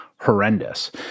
horrendous